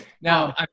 Now